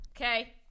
Okay